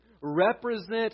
Represent